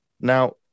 now